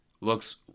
looks